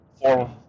four